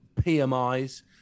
PMI's